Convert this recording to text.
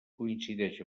coincideix